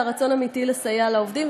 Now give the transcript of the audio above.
אלא רצון אמיתי לסייע לעובדים,